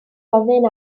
ofyn